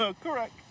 Correct